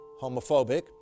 homophobic